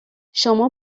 شما